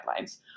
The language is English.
guidelines